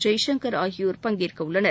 ஜெய்சங்கர் ஆகியோர் பங்கேற்கவுள்ளனர்